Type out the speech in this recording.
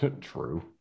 True